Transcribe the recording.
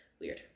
Weird